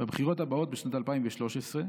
בבחירות הבאות, בשנת 2013,